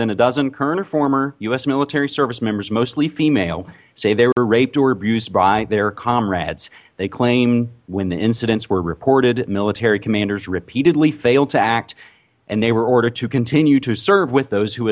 than a dozen current and former us military service members mostly female say they were raped or abused by their comrades they claim when incidents were reported military commanders repeatedly failed to act and they were ordered to continue to serve with tho